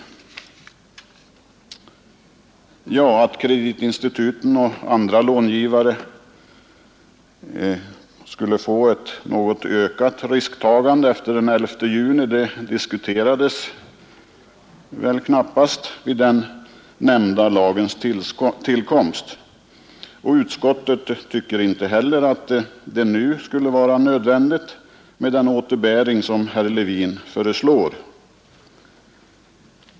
Att det för kreditinstituten och andra långivare skulle uppstå ett något ökat risktagande efter den 11 juni, diskuterades väl knappast vid den nämnda lagens tillkomst. Utskottet tycker inte heller att det nu skulle vara nödvändigt med den återbäring herr Levin föreslår.